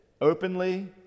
openly